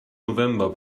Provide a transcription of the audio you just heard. november